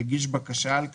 יגיש בקשה על כך,